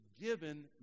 given